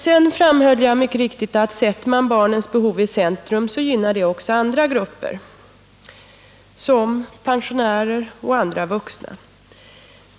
Jag framhöll mycket riktigt att sätter man barnens behov i centrum så gynnar det också andra grupper, som pensionärer och andra vuxna.